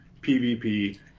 PvP